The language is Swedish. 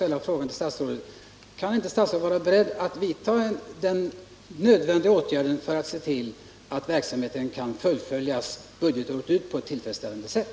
Är statsrådet verkligen inte beredd att vidta den nödvändiga åtgärden för att se till att verksamheten kan fullföljas budgetåret ut på ett tillfredsställande sätt?